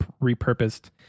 repurposed